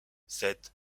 sept